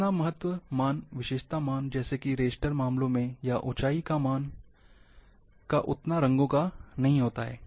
जितना महत्व मान विशेषता मान जैसे कि रास्टर मामलों में या ऊँचाई का मान का है उतना रंगों का नहीं है